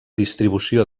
distribució